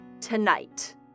tonight